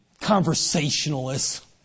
conversationalists